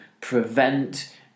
prevent